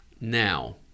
Now